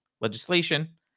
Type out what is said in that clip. legislation